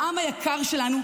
לעם היקר שלנו,